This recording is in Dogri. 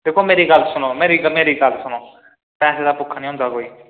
दिक्खो मेरी गल्ल सुनो मेरी मेरी गल्ल सुनो पैसा दा भुक्खा निं होंदा कोई